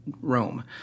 Rome